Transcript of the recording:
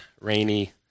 rainy